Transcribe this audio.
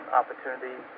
opportunity